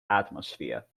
atmosphere